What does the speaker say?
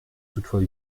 toutefois